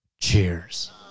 cheers